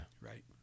Right